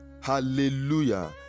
hallelujah